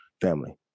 family